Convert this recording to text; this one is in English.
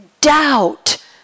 doubt